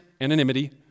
anonymity